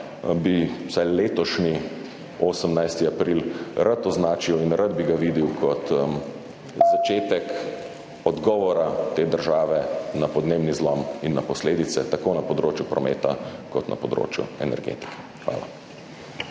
letošnji 18. april rad označil in rad bi ga videl kot začetek odgovora te države na podnebni zlom in na posledice tako na področju prometa kot na področju energetike. Hvala.